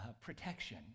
protection